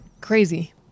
crazy